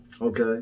Okay